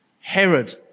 Herod